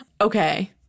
Okay